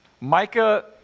Micah